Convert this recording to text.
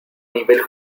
nivel